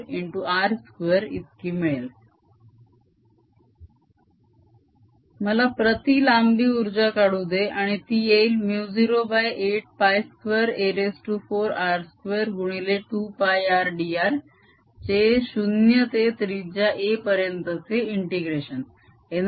r Energyvolume12002r242a4082a4r2 मला प्रती लांबी उर्जा काढू दे आणि ती येईल μ082a4r2 गुणिले 2πr dr चे 0 ते त्रिजा a पर्यंतचे इंटिग्रेशन